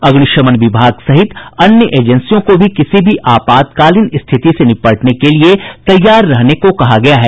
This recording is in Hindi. अग्निशमन विभाग सहित अन्य एजेंसियों को भी किसी भी आपातकालीन स्थिति से निपटने के लिए तैयार रहने को कहा गया है